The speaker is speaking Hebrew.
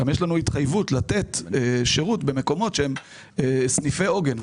גם יש לנו התחייבות לתת שירות במקומות שהם סניפי עוגן.